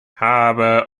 habe